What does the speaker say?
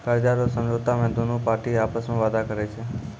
कर्जा रो समझौता मे दोनु पार्टी आपस मे वादा करै छै